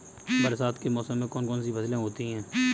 बरसात के मौसम में कौन कौन सी फसलें होती हैं?